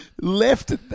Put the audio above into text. left